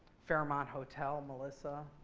fairmont hotel, melissa.